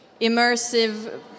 immersive